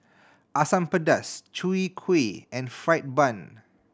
Asam Pedas Chwee Kueh and fried bun